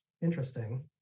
interesting